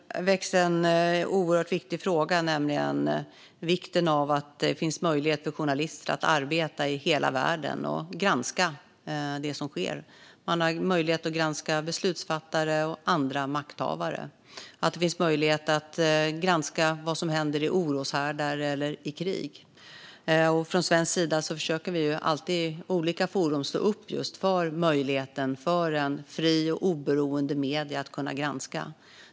Fru talman! Här väcks en oerhört viktig fråga, nämligen vikten av att det finns möjlighet för journalister att arbeta i hela världen och granska det som sker, att det finns möjlighet att granska beslutsfattare och andra makthavare och att det finns möjlighet att granska vad som händer i oroshärdar och i krig. Från svensk sida försöker vi alltid i olika forum att stå upp för fria och oberoende mediers möjligheter att granska.